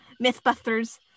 mythbusters